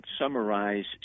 summarize